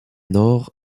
nord